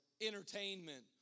entertainment